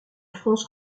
france